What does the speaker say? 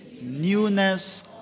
newness